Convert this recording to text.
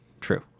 true